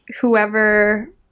whoever